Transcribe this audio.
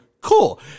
Cool